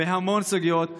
בהמון סוגיות,